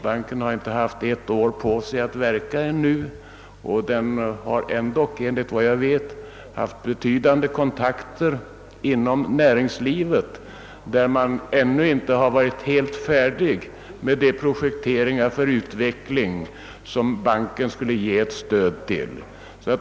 Banken har ännu inte haft ett år på sig att verka. Enligt vad jag vet har den ändå haft betydande kontakter inom näringslivet, där man dock ännu inte varit helt färdig med de projekteringar för utveckling som banken skulle stödja.